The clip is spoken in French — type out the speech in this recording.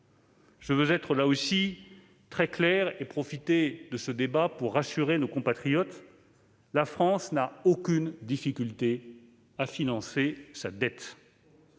Je veux là aussi être très clair et profiter de ce débat pour rassurer nos compatriotes : la France n'a aucune difficulté à financer sa dette.